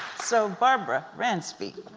so barbara ransby,